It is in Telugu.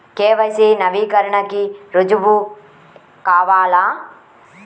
కే.వై.సి నవీకరణకి రుజువు కావాలా?